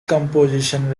composition